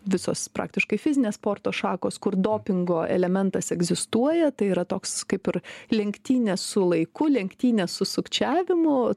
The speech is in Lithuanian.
visos praktiškai fizinės sporto šakos kur dopingo elementas egzistuoja tai yra toks kaip ir lenktynės su laiku lenktynės su sukčiavimu